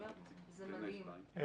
זה מדהים.